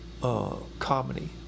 comedy